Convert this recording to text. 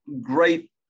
great